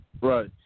Right